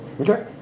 Okay